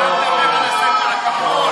אתה מדבר על הספר הכחול?